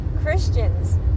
Christians